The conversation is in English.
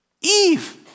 Eve